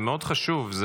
זה חשוב מאוד,